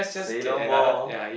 say no more